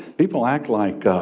people act like